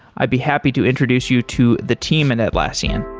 i'd be happy to introduce you to the team in atlassian.